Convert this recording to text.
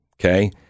okay